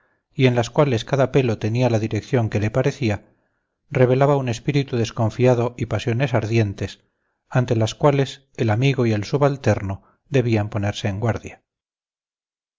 y en las cuales cada pelo tenía la dirección que le parecía revelaba un espíritu desconfiado y pasiones ardientes ante las cuales el amigo y el subalterno debían ponerse en guardia